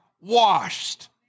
washed